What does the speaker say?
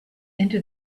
into